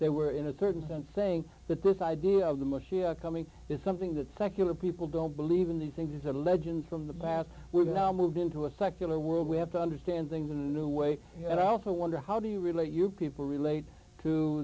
they were in a certain sense saying that this idea of the moshiach coming is something that secular people don't believe in these things is a legend from the past we're now moved into a secular world we have to understand things in the new way and i also wonder how do you relate you people relate to